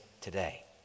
today